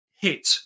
hit